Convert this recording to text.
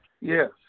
Yes